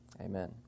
Amen